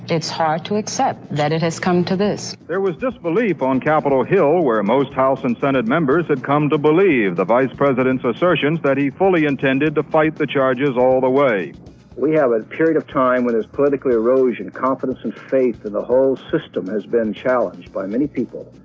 it's hard to accept that it has come to this there was disbelief on capitol hill where most house and senate members had come to believe the vice president's assertions that he fully intended to fight the charges all the way we have a period of time when there is political erosion. confidence and faith in the whole system has been challenged by many people.